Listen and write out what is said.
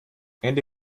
ende